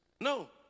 No